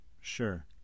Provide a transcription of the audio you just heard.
Sure